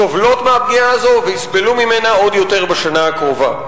סובלות מהפגיעה הזו ויסבלו ממנה עוד יותר בשנה הקרובה.